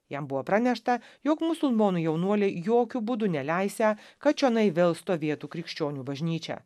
jam buvo pranešta jog musulmonų jaunuoliai jokiu būdu neleisią kad čionai vėl stovėtų krikščionių bažnyčia